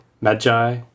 Magi